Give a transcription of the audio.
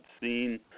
seen